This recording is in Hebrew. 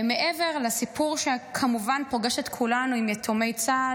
מעבר לסיפור שכמובן פוגש את כולנו עם יתומי צה"ל,